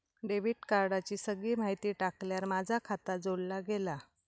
debit कार्डाची सगळी माहिती टाकल्यार माझा खाता जोडला गेला